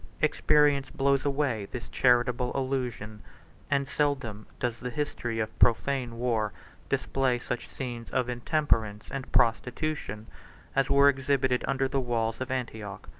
experience blows away this charitable illusion and seldom does the history of profane war display such scenes of intemperance and prostitution as were exhibited under the walls of antioch.